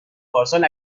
پارسال